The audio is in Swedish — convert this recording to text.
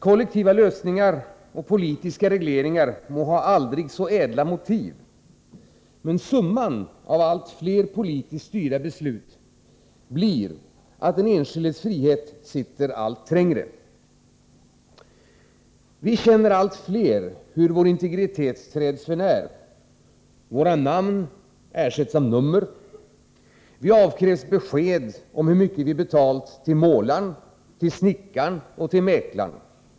Kollektiva lösningar och politiska regleringar må ha aldrig så ädla motiv. Men summan av allt fler politiskt styrda beslut blir att den enskildes frihet sitter allt trängre. Allt fler av oss känner hur vår integritet träds för när. Våra namn ersätts med nummer, vi avkrävs besked om hur mycket vi betalat till målaren, snickaren och mäklaren.